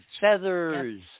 feathers